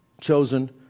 chosen